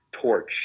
torch